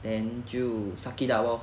then 就 suck it up lor